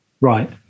Right